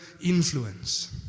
influence